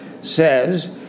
says